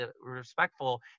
respectful